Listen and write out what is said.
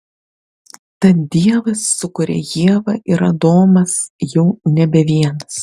tad dievas sukuria ievą ir adomas jau nebe vienas